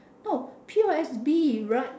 no P_O_S_B right